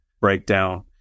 breakdown